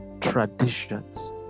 traditions